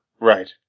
Right